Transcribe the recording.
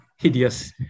hideous